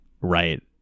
right